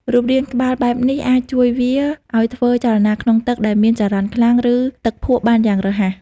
រូបរាងក្បាលបែបនេះអាចជួយវាឲ្យធ្វើចលនាក្នុងទឹកដែលមានចរន្តខ្លាំង ឬទឹកភក់បានយ៉ាងរហ័ស។